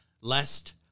lest